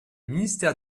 ministre